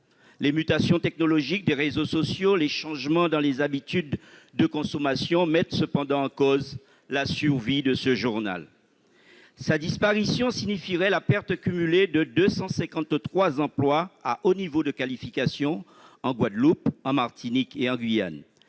Les mutations technologiques des réseaux sociaux et les changements dans les habitudes de consommation mettent cependant en cause la survie de ce journal. Sa disparition signifierait la perte cumulée de deux cent cinquante-trois emplois à haut niveau de qualification en Guadeloupe, en Martinique et en Guyane.